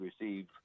receive